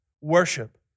Worship